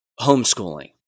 homeschooling